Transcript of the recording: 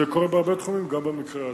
זה קורה בהרבה תחומים, וגם במקרה הזה.